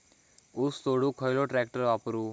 ऊस तोडुक खयलो ट्रॅक्टर वापरू?